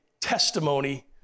testimony